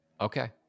Okay